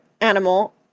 animal